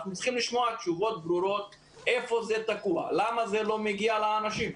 אנחנו צריכים לשמוע תשובות ברורות היכן זה תקוע ולמה זה לא מגיע לאנשים.